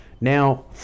now